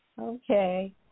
Okay